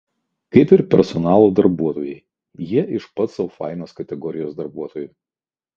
kaip ir personalo darbuotojai jie iš pats sau fainas kategorijos darbuotojų